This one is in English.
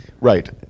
Right